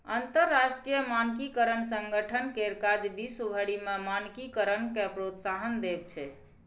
अंतरराष्ट्रीय मानकीकरण संगठन केर काज विश्व भरि मे मानकीकरणकेँ प्रोत्साहन देब छै